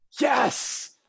Yes